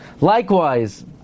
Likewise